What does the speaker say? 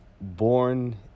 born